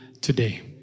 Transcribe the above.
today